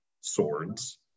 swords